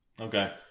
Okay